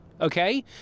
okay